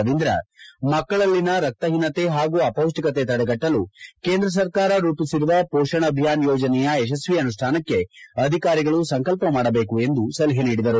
ರವೀಂದ್ರ ಮಕ್ಕಳಲ್ಲಿನ ರಕ್ತಹೀನತೆ ಹಾಗೂ ಅಪೌಷ್ಷಿಕತೆ ತಡೆಗಟ್ಟಲು ಕೇಂದ್ರ ಸರ್ಕಾರ ರೂಪಿಸಿರುವ ಪೋಷಣ್ ಅಭಿಯಾನ್ ಯೋಜನೆಯ ಯಶಸ್ವಿ ಅನುಷ್ಟಾನಕ್ಕೆ ಅಧಿಕಾರಿಗಳು ಸಂಕಲ್ಪ ಮಾಡಬೇಕು ಎಂದು ಸಲಹೆ ನೀಡಿದರು